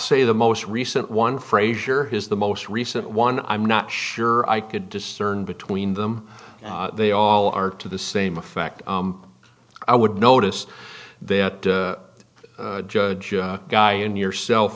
say the most recent one frazier his the most recent one i'm not sure i could discern between them they all are to the same effect i would notice that judge guy in yourself